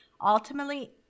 ultimately